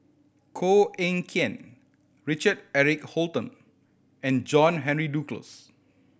Koh Eng Kian Richard Eric Holttum and John Henry Duclos